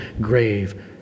grave